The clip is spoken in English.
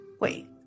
wait